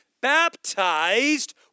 baptized